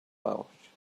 pouch